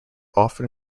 often